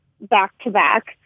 back-to-back